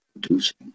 producing